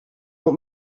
want